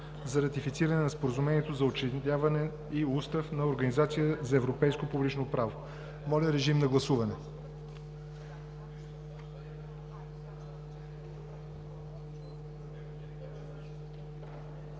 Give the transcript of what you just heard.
за ратифициране на Споразумението за учредяване и Устав на Организацията за европейско публично право. Моля, режим на гласуване.